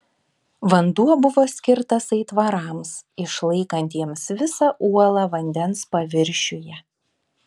vanduo buvo skirtas aitvarams išlaikantiems visą uolą vandens paviršiuje